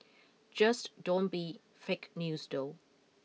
just don't be fake news though